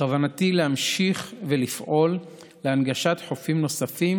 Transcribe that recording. בכוונתי להמשיך ולפעול להנגשת חופים נוספים